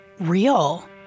real